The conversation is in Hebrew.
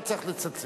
לא צריך לצלצל.